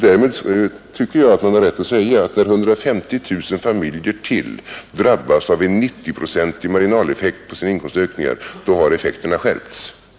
När 150 000 familjer till drabbas av en 90-procentig marginaleffekt på sina inkomstökningar, då tycker jag att man har rätt att säga att effekterna har skärpts.